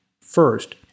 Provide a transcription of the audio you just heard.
First